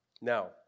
Now